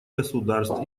государств